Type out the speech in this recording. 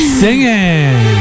singing